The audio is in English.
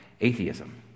atheism